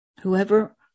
whoever